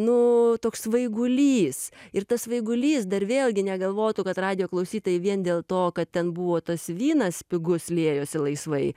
nu toks svaigulys ir tas svaigulys dar vėlgi negalvotų kad radijo klausytojai vien dėl to kad ten buvo tas vynas pigus liejosi laisvai